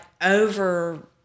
over